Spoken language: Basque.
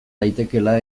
daitekeela